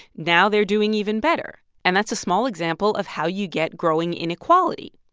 now they're doing even better. and that's a small example of how you get growing inequality.